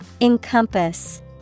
Encompass